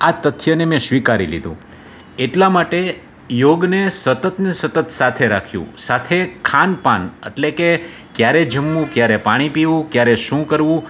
આ તથ્યને મેં સ્વીકારી લીધું એટલા માટે યોગને સતત ને સતત સાથે રાખ્યું સાથે ખાન પાન અટલે કે ક્યારે જમવું ક્યારે પાણી પીવું ક્યારે શું કરવું